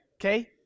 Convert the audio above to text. okay